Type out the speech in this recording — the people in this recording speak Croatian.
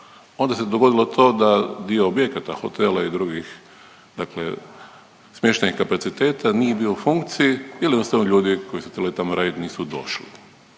onda se dogodilo to da dio objekata hotela i drugih smještajnih kapaciteta nije bio u funkciji ili jednostavno ljudi koji su trebali tamo radit nisu došli,